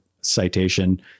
citation